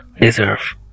deserve